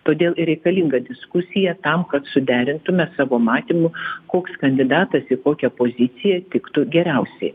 todėl reikalinga diskusija tam kad suderintume savo matymus koks kandidatas į kokią poziciją tiktų geriausiai